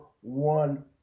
one